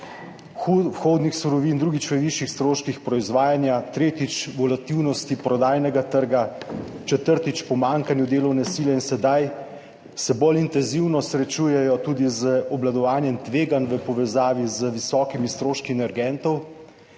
vhodnih surovin, drugič v višjih stroških proizvajanja, tretjič v volatilnosti prodajnega trga, četrtič v pomanjkanju delovne sile in sedaj se bolj intenzivno srečujejo tudi z obvladovanjem tveganj v povezavi z visokimi stroški energentov